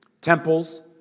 temples